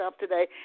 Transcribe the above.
today